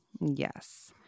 Yes